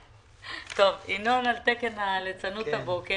ינון על תקן הליצנות הבוקר.